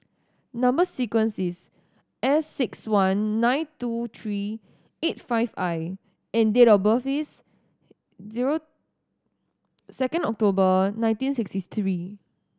number sequence is S six one nine two three eight five I and date of birth is zero second October nineteen sixty three